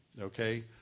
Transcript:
okay